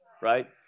right